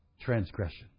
transgression